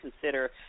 consider